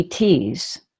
ETs